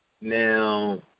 Now